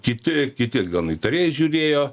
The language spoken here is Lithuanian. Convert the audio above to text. kiti kiti gan įtariai žiūrėjo